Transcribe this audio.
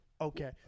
okay